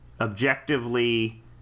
objectively